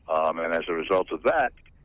and as a result of that,